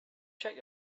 check